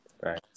Right